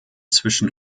zwischen